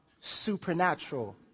supernatural